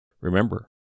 Remember